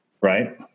Right